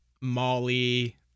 Molly